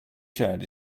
shared